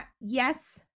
Yes